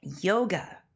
Yoga